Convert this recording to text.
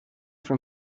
from